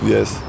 Yes